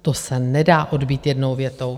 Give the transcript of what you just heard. To se nedá odbýt jednou větou.